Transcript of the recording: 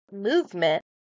movement